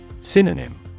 Synonym